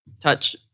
touch